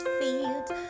fields